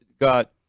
got